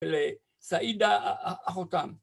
‫לסעידה אחותן.